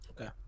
Okay